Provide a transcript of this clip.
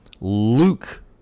Luke